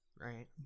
Right